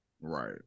right